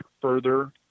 further